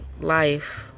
life